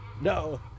No